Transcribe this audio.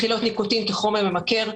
מכילות ניקוטין כחומר ממכר.